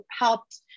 helped